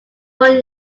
one